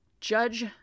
Judge